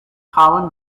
colin